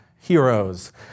heroes